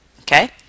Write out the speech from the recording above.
Okay